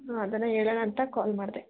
ಅದನ್ನು ಹೇಳನ ಅಂತ ಕಾಲ್ ಮಾಡಿದೆ